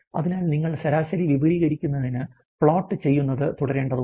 അതിനാൽ നിങ്ങൾ ശരാശരി വിപുലീകരിക്കുന്നതിന് പ്ലോട്ട് ചെയ്യുന്നത് തുടരേണ്ടതുണ്ട്